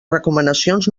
recomanacions